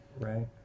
right